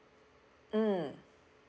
mm